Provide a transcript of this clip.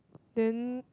then